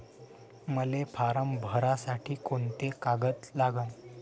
मले फारम भरासाठी कोंते कागद लागन?